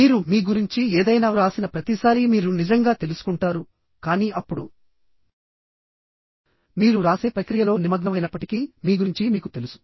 మీరు మీ గురించి ఏదైనా వ్రాసిన ప్రతిసారీ మీరు నిజంగా తెలుసుకుంటారు కానీ అప్పుడు మీరు వ్రాసే ప్రక్రియలో నిమగ్నమైనప్పటికీ మీ గురించి మీకు తెలుసు